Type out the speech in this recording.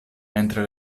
mentre